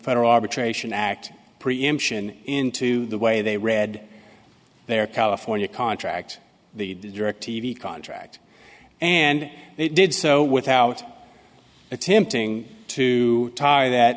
federal arbitration act preemption into the way they read their california contract the direct t v contract and they did so without attempting to tie that